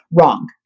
wrong